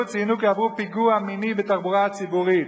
ציינו כי עברו פיגוע מיני בתחבורה הציבורית?